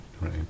right